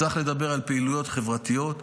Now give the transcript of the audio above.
צריך לדבר על פעילויות חברתיות.